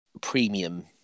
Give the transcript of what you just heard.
premium